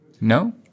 no